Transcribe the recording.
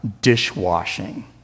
dishwashing